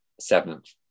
seventh